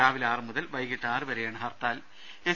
രാവിലെ ആറുമുതൽ വൈകീട്ട് ആറു വരെയാണ് ഹർത്താൽ എസ്